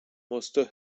måste